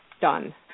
done